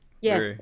Yes